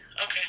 Okay